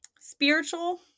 spiritual